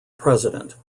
president